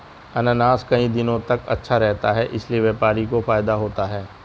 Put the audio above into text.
अनानास कई दिनों तक अच्छा रहता है इसीलिए व्यापारी को फायदा होता है